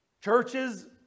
Churches